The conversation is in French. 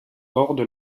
borde